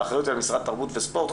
האחריות היא על משרד התרבות והספורט.